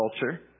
culture